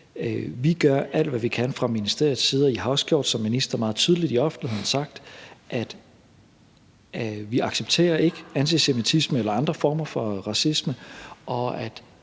Vi gør alt, hvad vi kan, fra ministeriets side, og jeg har også som minister sagt meget tydeligt i offentligheden, at vi ikke accepterer antisemitisme eller andre former for racisme,